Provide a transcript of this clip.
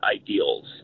ideals